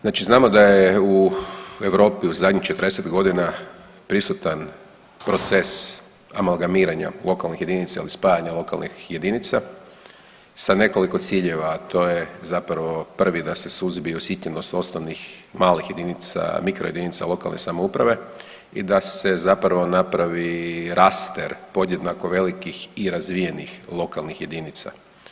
Znači znamo da je u Europi u zadnjih 40 godina prisutan proces amalgamiranja lokalnih jedinica ili spajanja lokalnih jedinica sa nekoliko ciljeva, a to je zapravo prvi da se suzbiju … osnovnih malih jedinica, micro jedinica lokalne samouprave i da se zapravo napravi raster podjednako velikih i razvijenih lokalnih jedinica.